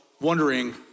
wondering